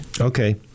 Okay